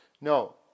No